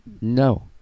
No